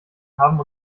haben